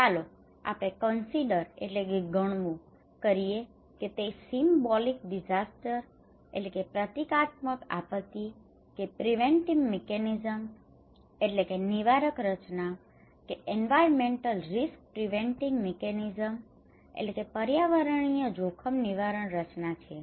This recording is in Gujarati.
ચાલો આપણે કન્સિડર consider ગણવું કરી એ કે તે એક સીમબોલિક ડીસાસ્ટર symbolic disaster પ્રતીકાત્મક આપત્તિ કે પ્રિવેંટિવ મિકેનિઝમ preventive mechanism નિવારક રચના કે environmental risk preventive mechanism environmental risk preventive mechanism પર્યાવરણીય જોખમ નિવારણ રચના છે